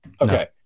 Okay